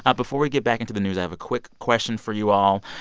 ah before we get back into the news, i have a quick question for you all.